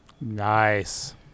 Nice